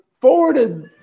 forwarded